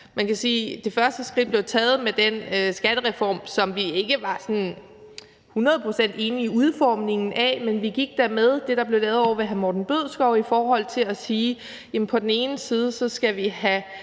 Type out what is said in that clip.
Man kan sige, at det første skridt blev taget med den skattereform, som vi ikke var sådan hundrede procent enige i udformningen af, men vi gik da med, og som blev lavet ovre ved hr. Morten Bødskov, i forhold til at sige, at vi på den ene side skal have